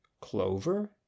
Clover